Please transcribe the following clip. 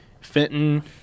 fenton